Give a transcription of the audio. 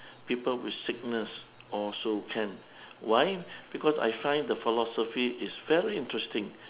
people with sickness also can why because I find the philosophy is very interesting